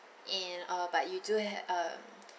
and uh but you do ha~ uh